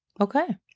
Okay